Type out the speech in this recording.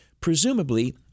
Presumably